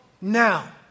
now